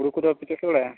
ᱦᱳᱲᱳ ᱠᱚᱫᱚ ᱵᱟᱯᱮ ᱪᱟᱥ ᱵᱟᱲᱟᱭᱟ